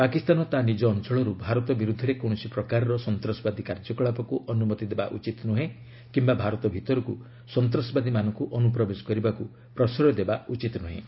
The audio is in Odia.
ପାକିସ୍ତାନ ତା' ନିଜ ଅଞ୍ଚଳର୍ ଭାରତ ବିରୁଦ୍ଧରେ କୌଣସି ପ୍ରକାରର ସନ୍ତାସବାଦୀ କାର୍ଯ୍ୟକଳାପକୁ ଅନୁମତି ଦେବା ଉଚିତ ନୁହେଁ କିମ୍ବା ଭାରତ ଭିତରକୁ ସନ୍ତ୍ରାସବାଦୀମାନଙ୍କୁ ଅନୁପ୍ରବେଶ କରିବାକୁ ପ୍ରଶ୍ରୟ ଦେବା ଉଚିତ ନୁହେଁ